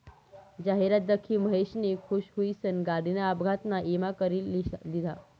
जाहिरात दखी महेशनी खुश हुईसन गाडीना अपघातना ईमा करी लिधा